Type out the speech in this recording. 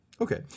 Okay